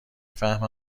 فهمم